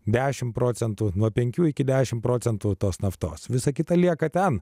dešimt procentų nuo penkių iki dešimt procentų tos naftos visa kita lieka ten